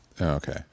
okay